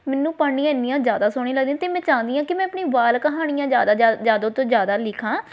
ਮੈਨੂੰ ਪੜ੍ਹਨੀਆਂ ਇੰਨੀਆਂ ਜ਼ਿਆਦਾ ਸੋਹਣੀਆਂ ਲੱਗਦੀਆਂ ਹਨ ਅਤੇ ਮੈਂ ਚਾਹੁੰਦੀ ਹਾਂ ਕਿ ਮੈਂ ਆਪਣੀ ਬਾਲ ਕਹਾਣੀਆਂ ਜ਼ਿਆਦਾ ਤੋਂ ਜ਼ਿਆਦਾ ਲਿਖਾਂ